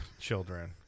children